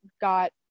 got